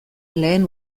lehen